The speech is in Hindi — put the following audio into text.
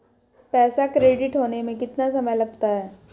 पैसा क्रेडिट होने में कितना समय लगता है?